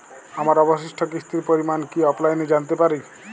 আমার অবশিষ্ট কিস্তির পরিমাণ কি অফলাইনে জানতে পারি?